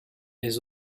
les